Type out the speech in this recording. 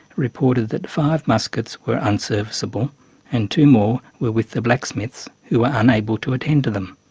reported that five musquets were unserviceable and two more were with the blacksmiths who were unable to attend to them.